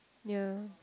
yea